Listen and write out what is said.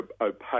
opaque